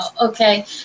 Okay